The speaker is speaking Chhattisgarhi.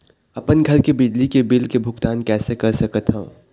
अपन घर के बिजली के बिल के भुगतान कैसे कर सकत हव?